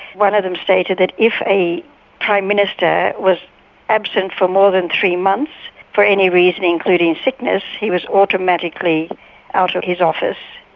one of them stated that if a prime minister was absent for more than three months for any reason, including sickness, he was automatically out of his office,